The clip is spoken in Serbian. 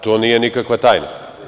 I to nije nikakva tajna.